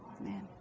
Amen